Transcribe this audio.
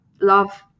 love